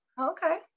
Okay